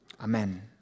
Amen